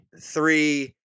three